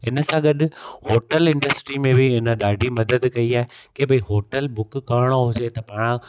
इनसां गॾु hotel industry में बि हिन ॾाढी मदद कयी आहे कि भई होटल बुक करिणो हुजे त पाण